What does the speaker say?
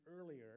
earlier